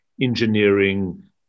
engineering